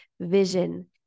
vision